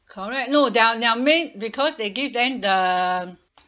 correct no their their main because they give them the